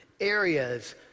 areas